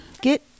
get